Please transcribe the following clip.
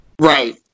Right